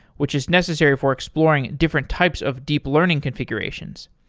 which is necessary for exploring different types of deep learning configurations.